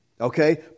Okay